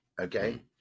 okay